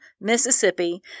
Mississippi